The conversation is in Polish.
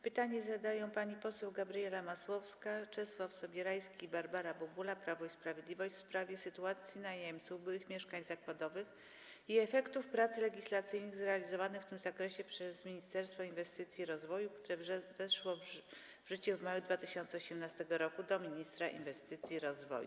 Pytanie zadają państwo posłowie Gabriela Masłowska, Czesław Sobierajski i Barbara Bubula, Prawo i Sprawiedliwość, w sprawie sytuacji najemców byłych mieszkań zakładowych i efektów prac legislacyjnych zrealizowanych w tym zakresie przez Ministerstwo Inwestycji i Rozwoju, które weszły w życie w maju 2018 r. - do ministra inwestycji i rozwoju.